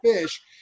fish